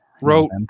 wrote